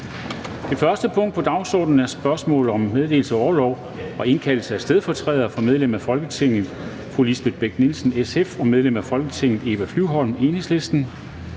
Det første punkt på dagsordenen er: 1) Spørgsmål om meddelelse af orlov til og indkaldelse af stedfortrædere for medlem af Folketinget Lisbeth Bech-Nielsen (SF) og medlem af Folketinget Eva Flyvholm (EL). Kl.